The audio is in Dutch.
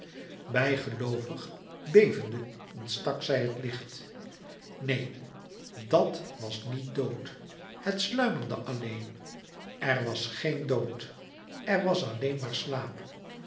bijgeloovig bevende ontstak zij het licht neen dat wàs niet dood het sluimerde alleen er was geen dood er was alleen maar slaap